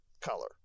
color